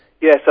Yes